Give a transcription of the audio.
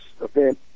event